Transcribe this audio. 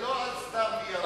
ולא סתם על ניירות.